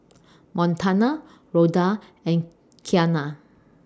Montana Rhoda and Qiana